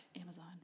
Amazon